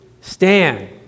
stand